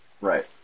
Right